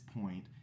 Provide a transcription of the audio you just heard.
point